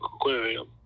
aquarium